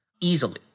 easily